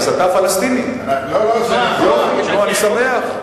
אז אתה פלסטיני, אני שמח.